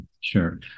Sure